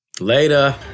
Later